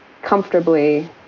comfortably